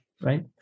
Right